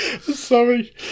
Sorry